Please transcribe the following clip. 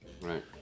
Right